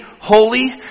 holy